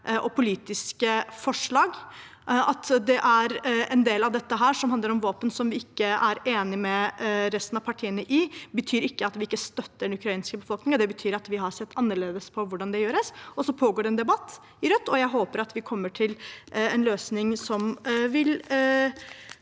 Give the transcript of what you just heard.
og politiske forslag. At det er en del av dette som handler om våpen som vi ikke er enig med resten av partiene om, betyr ikke at vi ikke støtter den ukrainske befolkningen. Det betyr at vi har sett annerledes på hvordan det skal gjøres. Så pågår det en debatt i Rødt, og jeg håper at vi kommer til en løsning som vil